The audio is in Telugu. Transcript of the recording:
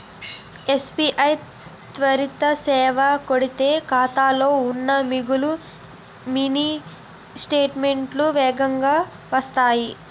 ఎస్.బి.ఐ త్వరిత సేవ కొడితే ఖాతాలో ఉన్న మిగులు మినీ స్టేట్మెంటు వేగంగా వత్తాది